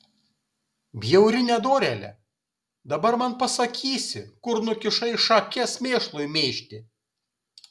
bjauri nedorėle dabar man pasakysi kur nukišai šakes mėšlui mėžti